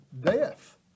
death